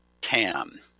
Tam